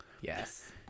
Yes